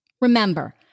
Remember